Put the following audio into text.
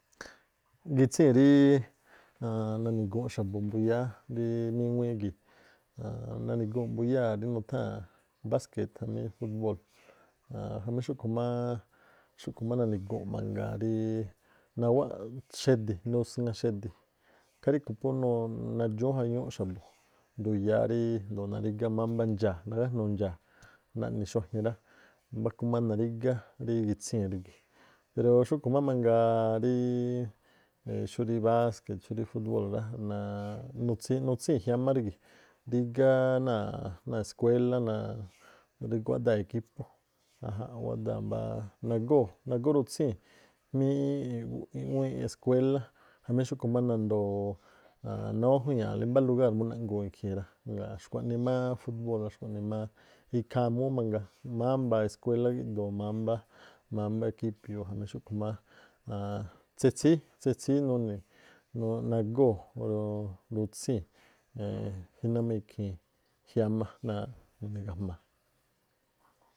Igitsii̱n rí nani̱guu̱nꞌ xa̱bu̱ muyáá rí míŋuíí gii̱, aan nani̱guu̱n mbuyáa̱ rí nutháa̱n básket jamí fúbóo̱l aan jamí xúꞌkhu̱ má nani̱guu̱nꞌ mangaa rí nawáꞌ xedi̱, nusŋa̱ xe̱di̱ ikhaa rí̱khui̱ phú nuu- nadxúún- jañúúꞌ xa̱bu̱ nduyá xa̱bu̱ ríjndo̱o narígá mámbá ndxaa̱, naꞌni xuajin rá. Mbáku má narígá rí gitsíi̱n rígi̱. Pero xúꞌkhu̱ má mangaa ríí xúrí básket jamí fúbóo̱l rá, na̱a̱ꞌ nutsíi̱n nutsíi̱n jiámá rígi̱ꞌ. Rígá náa̱ eskuéla naaꞌ rí guáꞌdáa̱ equípó wáꞌdáa̱ mbáá, nagóo̱ nagórutsíi̱n jmíí i̱ꞌwíín eskuélá jamí xúꞌkhu̱ má nandoo nawájuña̱a̱lí mbá lugár mú naꞌguu̱n ikhii̱n rá. Ngaa̱ xkuaꞌnii má fúbóo̱ rá, xkuaꞌnii ikhaa múú mangaa. Mámbá eskuéla gíꞌdoo mámbá equipiuu̱ jamí xúꞌkhu̱ má, tsetsíí, tsetsíí nuni̱ nagóo̱ ruu- rutsíi̱n- jíná má ikhii̱n jiámá náa̱ nuni̱ gajma̱a̱.